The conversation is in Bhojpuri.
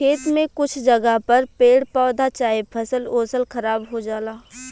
खेत में कुछ जगह पर पेड़ पौधा चाहे फसल ओसल खराब हो जाला